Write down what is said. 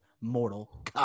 Mortal